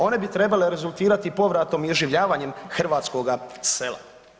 One bi trebale rezultirati povratom i iživljavanjem hrvatskoga sela.